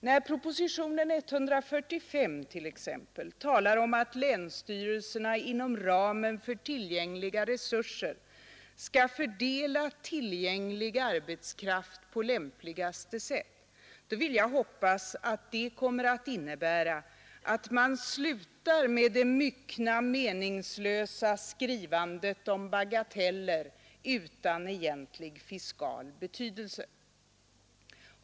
När propositionen 145 t.ex. talar om att länsstyrelserna inom ramen för tillgängliga resurser skall fördela disponibel arbetskraft på lämpligaste sätt, vill jag hoppas att det kommer att innebära att man slutar med det myckna meningslösa skrivandet om bagateller utan egentlig fiskal betydelse.